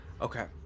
okay